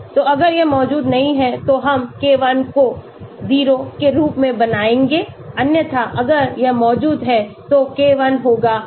तो अगर यह मौजूद नहीं है तो हम K1 को 0 के रूप में बनाएंगे अन्यथा अगर यह मौजूद है तो K1 होगा 1